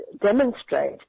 demonstrate